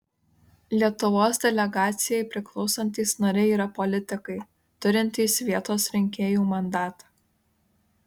lietuvos delegacijai priklausantys nariai yra politikai turintys vietos rinkėjų mandatą